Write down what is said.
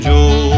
Joe